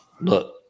look